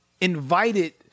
invited